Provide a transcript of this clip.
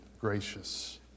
gracious